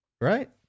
Right